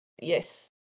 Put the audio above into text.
yes